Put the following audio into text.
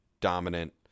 dominant